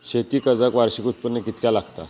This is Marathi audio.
शेती कर्जाक वार्षिक उत्पन्न कितक्या लागता?